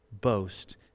boast